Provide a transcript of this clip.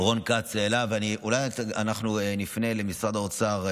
רון כץ, ואולי אנחנו נפנה למשרד האוצר.